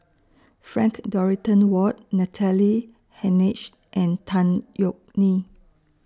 Frank Dorrington Ward Natalie Hennedige and Tan Yeok Nee